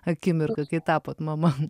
akimirką kai tapot mama